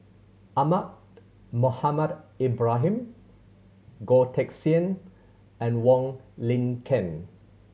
Ahmad Mohamed Ibrahim Goh Teck Sian and Wong Lin Ken